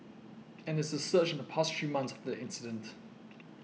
and there's a surge in the past three months after the incident